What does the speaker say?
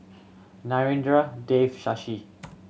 Narendra Dev Shashi